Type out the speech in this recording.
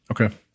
Okay